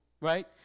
right